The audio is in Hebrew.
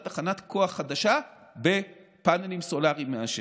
תחנת כוח חדשה בפאנלים סולריים מהשמש.